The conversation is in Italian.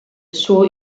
suo